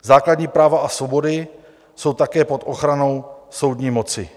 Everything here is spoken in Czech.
Základní práva a svobody jsou také pod ochranou soudní moci.